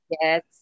yes